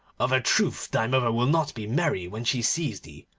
of a truth, thy mother will not be merry when she sees thee,